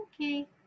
Okay